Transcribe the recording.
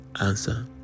answer